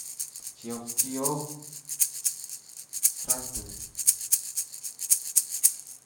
ciok ciok seratus.